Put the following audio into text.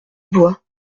bois